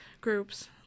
groups